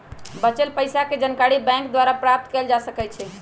बच्चल पइसाके जानकारी बैंक द्वारा प्राप्त कएल जा सकइ छै